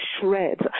shreds